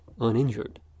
uninjured